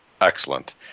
excellent